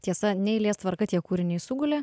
tiesa ne eilės tvarka tie kūriniai sugulė